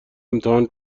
امتحان